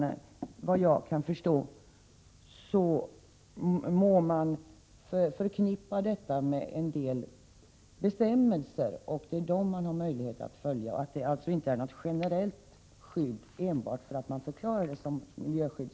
Såvitt jag kan förstå måste detta förknippas med en del bestämmelser som skall följas. Enbart det att ett område förklaras som miljöskyddsområde utgör inte något generellt skydd.